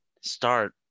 start